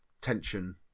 tension